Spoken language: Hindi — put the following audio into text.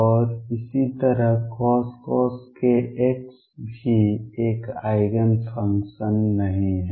और इसी तरह cos kx भी एक आइगेन फंक्शन नहीं है